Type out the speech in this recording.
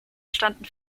standen